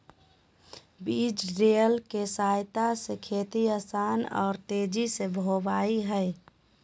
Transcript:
बीज ड्रिल के सहायता से खेती आसान आर तेजी से होबई हई